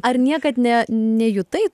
ar niekad ne nejutai